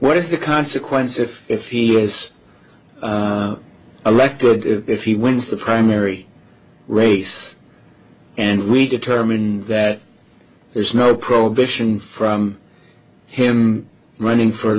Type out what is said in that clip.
what is the consequence if if he is elected if he wins the primary race and we determine that there's no prohibition from him running for